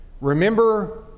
Remember